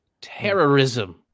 terrorism